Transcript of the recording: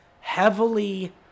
heavily